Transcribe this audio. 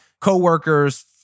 coworkers